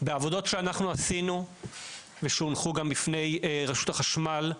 בעבודות שאנחנו עשינו ושהונחו גם בפני רשות החשמל,